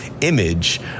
image